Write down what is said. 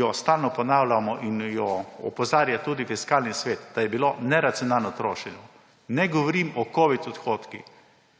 jo stalno ponavljamo in opozarja tudi Fiskalni svet, da je bilo neracionalno trošenje. Ne govorim o covid odhodkih,